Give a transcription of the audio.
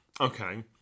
Okay